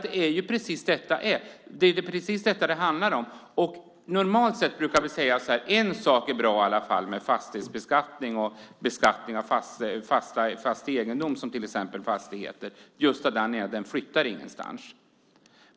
Det är ju precis detta det handlar om. Normalt sett brukar vi säga att det åtminstone är en sak som är bra med beskattning av fastigheter och fast egendom, nämligen att den inte flyttar någonstans.